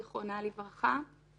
זיכרונה לברכה.